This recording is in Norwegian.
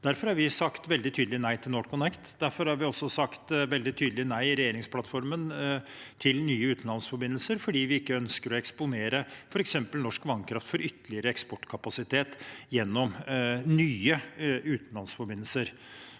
Derfor har vi sagt veldig tydelig nei til NorthConnect. Derfor har vi også i regjeringsplattformen sagt veldig tydelig nei til nye utenlandsforbindelser, fordi vi ikke ønsker å eksponere f.eks. norsk vannkraft for ytterligere eksportkapasitet gjennom nye utenlandsforbindelser.